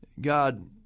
God